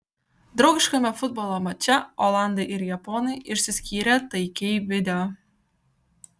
draugiškame futbolo mače olandai ir japonai išsiskyrė taikiai video